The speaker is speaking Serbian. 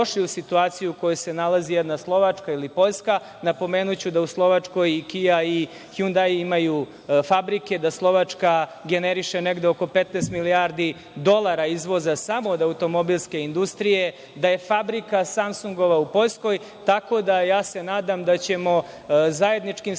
da bi došli u situaciju u kojoj se nalazi jedna Slovačka ili Poljska. Napomenuću da u Slovačkoj i „Kia“ i „Hundai“ imaju fabrike, da Slovačka generiše oko 15 milijardi dolara izvoza samo od automobilske industrije, da je fabrika „Samsungova“ u Poljskoj, tako da se nadam da ćemo zajedničkim snagama,